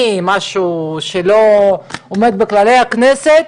כמובן או משהו שלא עומד בכללי הכנסת,